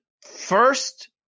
first